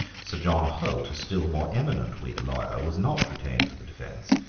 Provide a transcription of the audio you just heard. sir john holt, a still more eminent whig lawyer, was not retained for the defence,